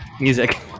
music